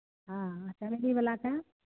हॅं आ चमेली बलाके